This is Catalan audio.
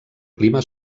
clima